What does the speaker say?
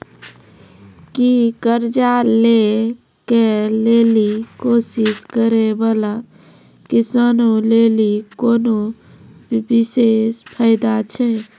कि कर्जा लै के लेली कोशिश करै बाला किसानो लेली कोनो विशेष फायदा छै?